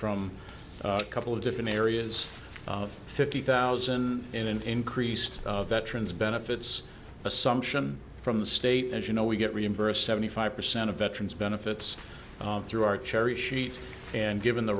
from a couple of different areas fifty thousand in an increased veterans benefits assumption from the state as you know we get reimbursed seventy five percent of veterans benefits through our cherry sheet and given the